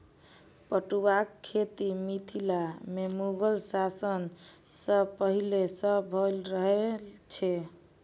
पटुआक खेती मिथिला मे मुगल शासन सॅ पहिले सॅ भ रहल छै